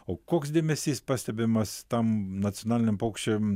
o koks dėmesys pastebimas tam nacionaliniam paukščiam